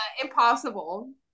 impossible